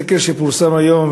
סקר שפורסם היום,